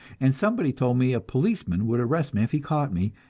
and somebody told me a policeman would arrest me if he caught me,